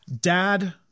Dad